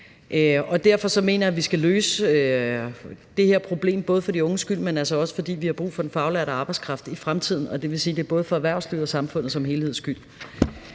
Derfor mener jeg, vi skal løse det her problem både for de unges skyld, men altså også, fordi vi har brug for faglært arbejdskraft i fremtiden. Det vil sige, at det både er for erhvervslivets og samfundet som helheds skyld.